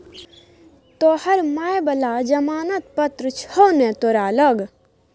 तोहर माय बला जमानत पत्र छौ ने तोरा लग